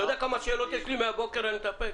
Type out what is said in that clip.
אתה יודע כמה שאלות יש לי, מהבוקר אני מתאפק?